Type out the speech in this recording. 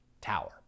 tower